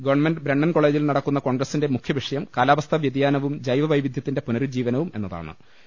government Brennen കോളെജിൽ നട ക്കുന്ന കോൺഗ്രസിന്റെ മുഖ്യവിഷയം കാലാവസ്ഥ വ്യതിയാ നവും ജൈവ വൈവിധ്യത്തിന്റെ പുനരുജ്ജീവനവും എന്നതാ ണ്